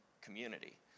community